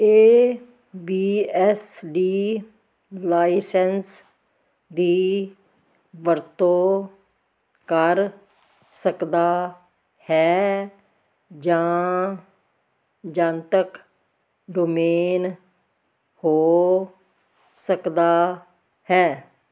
ਇਹ B S D license ਦੀ ਵਰਤੋਂ ਕਰ ਸਕਦਾ ਹੈ ਜਾਂ ਜਨਤਕ ਡੋਮੇਨ ਹੋ ਸਕਦਾ ਹੈ